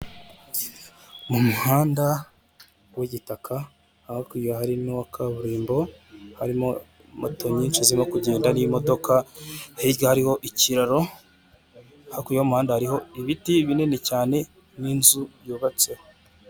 Umuhanda wigitaka hakurya harimo uwa kaburimbo harimo moto nyinshi zirimo kugenda nimodoka hirya hariho ikiraro hakurya y'umuhanda hariho ibiti binini cyane ninzu yubatse.